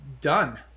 done